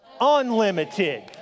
unlimited